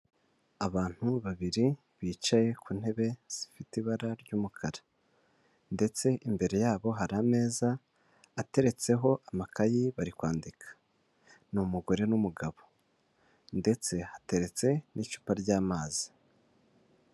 Abantu babiri bicaye ku ntebe zifite ibara ry'umukara, ndetse imbere yabo hari ameza ateretseho amakayi bari kwandika, ni umugore n'umugabo, ndetse hateretse n'icupa ry'amazi.